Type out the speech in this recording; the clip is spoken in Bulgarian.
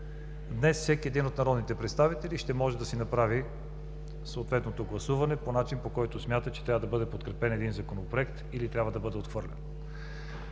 Днес всеки един от народните представители ще може да си направи съответното гласуване по начин, по който смята, че трябва да бъде подкрепен един Законопроект или трябва да бъде отхвърлен.